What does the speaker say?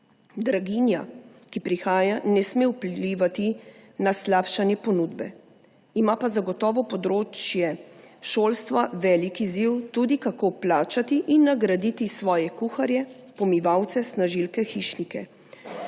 Draginja, ki prihaja, ne sme vplivati na slabšanje ponudbe. Ima pa zagotovo področje šolstva tudi velik izziv, kako plačati in nagraditi svoje kuharje, pomivalce, snažilke, hišnike.